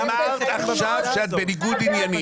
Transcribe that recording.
אמרת עכשיו שאת בניגוד עניינים.